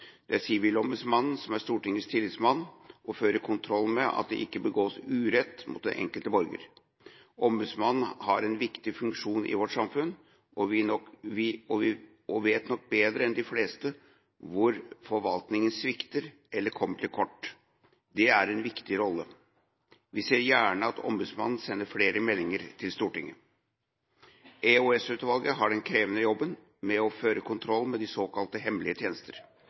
Sivilombudsmannen er Stortingets tillitsmann, og fører kontroll med at det ikke begås urett mot den enkelte borger. Ombudsmannen har en viktig funksjon i vårt samfunn, og vet nok bedre enn de fleste hvor forvaltningen svikter eller kommer til kort – det er en viktig rolle. Vi ser gjerne at ombudsmannen sender flere meldinger til Stortinget. EOS-utvalget har den krevende jobben med å føre kontroll med de såkalte hemmelige tjenester